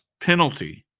penalty